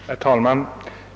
Herr talman!